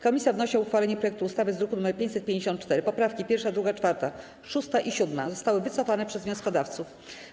Komisja wnosi o uchwalenie projektu ustawy z druku nr 554. Poprawki 1., 2., 4., 6. i 7. zostały wycofane przez wnioskodawców.